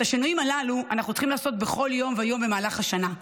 את השינויים הללו אנחנו צריכים לעשות בכל יום ויום במהלך השנה.